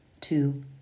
two